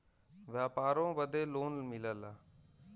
व्यापारों बदे लोन मिलला